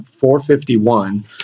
451